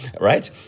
right